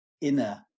inner